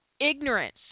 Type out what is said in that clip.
ignorance